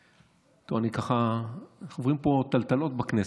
תראו, אנחנו עוברים פה טלטלות בכנסת.